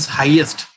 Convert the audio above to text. highest